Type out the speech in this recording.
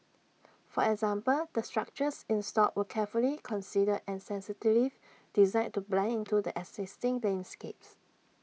for example the structures installed were carefully considered and sensitively designed to blend into the existing landscapes